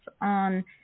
on